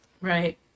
Right